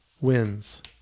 wins